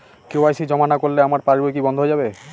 KYC জমা না করলে আমার পাসবই কি বন্ধ হয়ে যাবে?